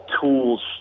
tools